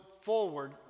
forward